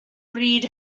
bryd